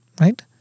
Right